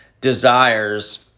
desires